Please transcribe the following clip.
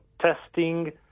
testing